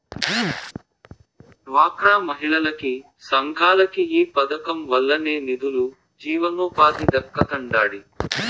డ్వాక్రా మహిళలకి, సంఘాలకి ఈ పదకం వల్లనే నిదులు, జీవనోపాధి దక్కతండాడి